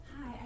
hi